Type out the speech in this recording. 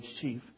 chief